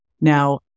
now